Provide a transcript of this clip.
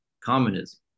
communism